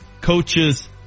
coaches